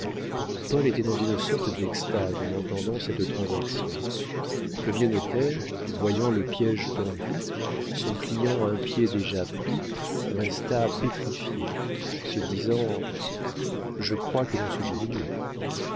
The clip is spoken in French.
paul était dans une sorte d'extase en entendant cette transaction le vieux notaire voyant le piége tendu son client un pied déjà pris resta pétrifié se disant je crois que l'on se joue de nous